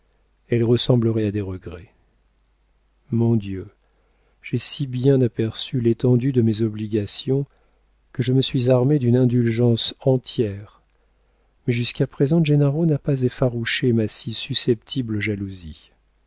elles ressembleraient à des regrets mon dieu j'ai si bien aperçu l'étendue de mes obligations que je me suis armée d'une indulgence entière mais jusqu'à présent gennaro n'a pas effarouché ma susceptible jalousie